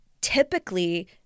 typically